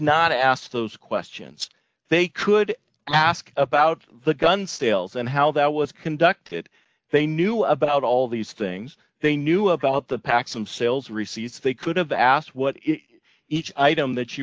not ask those questions they could ask about the gun sales and how that was conducted they knew about all these things they knew about the pack from sales receipts they could have asked what each item